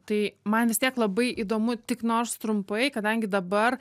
tai man vis tiek labai įdomu tik nors trumpai kadangi dabar